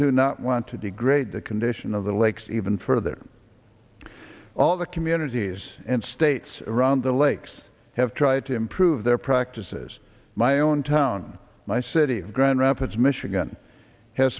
do not want to degrade the condition of the lakes even further all the communities and states around the lakes have tried to improve their practices my own town my city of grand rapids michigan has